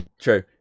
True